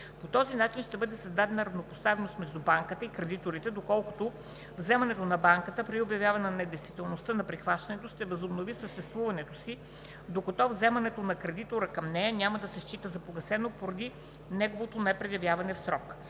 По този начин ще бъде създадена равнопоставеност между банката и кредиторите, доколкото вземането на банката при обявяване на недействителността на прихващането ще възобнови съществуването си, докато вземането на кредитора към нея няма да се счита за погасено поради неговото непредявяване в срок.